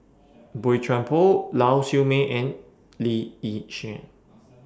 Boey Chuan Poh Lau Siew Mei and Lee Yi Shyan